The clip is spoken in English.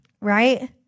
right